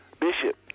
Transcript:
Bishop